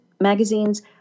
magazines